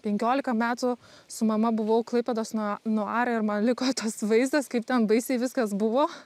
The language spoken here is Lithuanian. penkiolika metų su mama buvau klaipėdos na nuare ir man liko tas vaizdas kaip ten baisiai viskas buvo